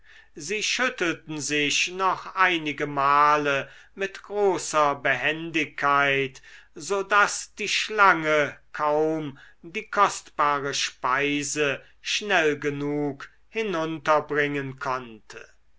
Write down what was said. sie schüttelten sich noch einige male mit großer behendigkeit so daß die schlange kaum die kostbare speise schnell genug hinunterbringen konnte